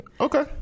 Okay